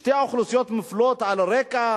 שתי האוכלוסיות מופלות על רקע